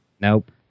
Nope